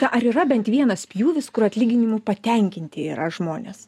ar yra bent vienas pjūvis kur atlyginimu patenkinti yra žmonės